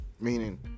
Meaning